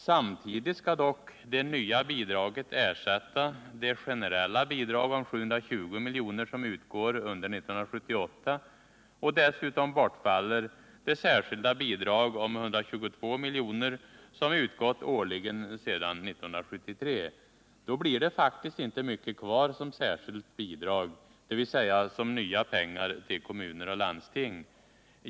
Samtidigt skall dock det nya bidraget ersätta det generella bidrag på 720 milj.kr. som utgår under 1978, och dessutom bortfaller det särskilda bidrag på 122 milj.kr. som utgått årligen sedan 1973. Då blir det faktiskt inte mycket kvar såsom särskilt bidrag, dvs. såsom nya pengar till kommuner och landsting.